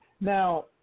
Now